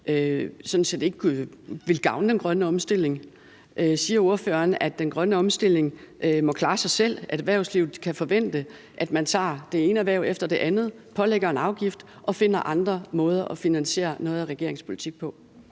sådan set ikke ville gavne den grønne omstilling? Siger ordføreren, at den grønne omstilling må klare sig selv, og at erhvervslivet kan forvente, at man tager det ene erhverv efter det andet, pålægger en afgift og finder andre måder at finansiere noget af regeringens politik på?